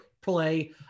play